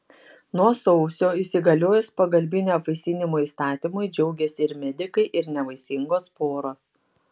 nuo sausio įsigaliojus pagalbinio apvaisinimo įstatymui džiaugėsi ir medikai ir nevaisingos poros